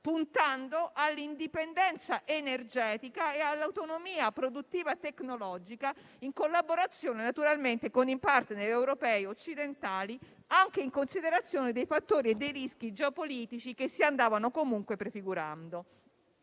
puntando all'indipendenza energetica e all'autonomia produttiva e tecnologica, in collaborazione, naturalmente, con i *partner* europei occidentali, anche in considerazione dei fattori e dei rischi geopolitici che si andavano comunque prefigurando.